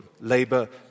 Labour